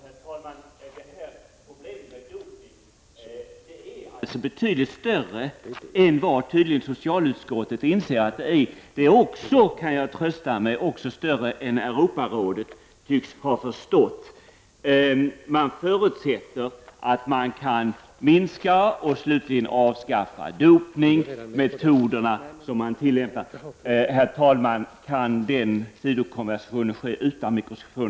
Herr talman! Problemet med dopning är betydligt större än vad socialutskottet inser. Det är också större än vad Europarådet tycks ha förstått. Man förutsätter att man kan minska och slutligen avskaffa dopning och de metoder som tillämpas.